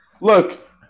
look